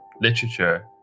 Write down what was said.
literature